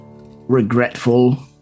regretful